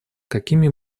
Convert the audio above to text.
какими